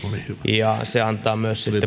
ja se antaa